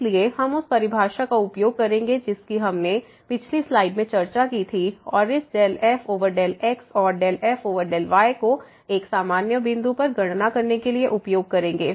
इसलिए हम उस परिभाषा का उपयोग करेंगे जिसकी हमने पिछली स्लाइड में चर्चा की थी और इस ∂f∂x और ∂f∂yको एक सामान्य बिंदु x y पर गणना करने के लिए उपयोग करेंगे